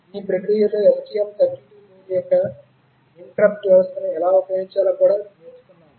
ఈ ప్రక్రియలో STM32 board యొక్క ఇంటెర్రుప్ట్ వ్యవస్థను ఎలా ఉపయోగించాలో కూడా నేర్చుకున్నాము